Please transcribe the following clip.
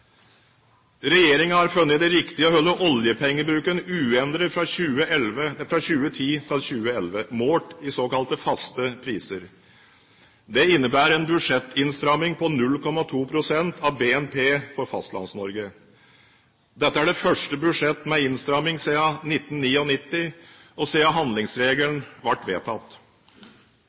har funnet det riktig å holde oljepengebruken uendret fra 2010 til 2011, målt i såkalte faste priser. Det innebærer en budsjettinnstramming på 0,2 pst. av BNP for Fastlands-Norge. Dette er det første budsjettet med innstramming siden 1999 og siden handlingsregelen ble vedtatt.